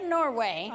Norway